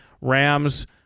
Rams